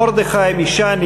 מרדכי משעני,